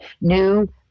New